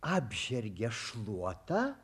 apžergė šluotą